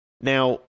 now